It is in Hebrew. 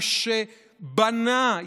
מה שבנה,